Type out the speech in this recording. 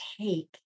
take